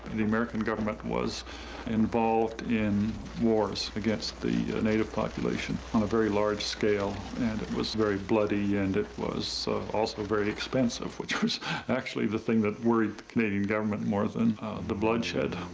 the american government was involved in wars against the native population on a very large scale and it was very bloody and it was also very expensive which was actually the thing that worried the canadian government more than the bloodshed.